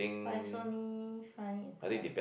but it's only find in some